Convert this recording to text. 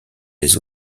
les